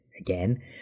again